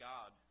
God